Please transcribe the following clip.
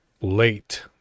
late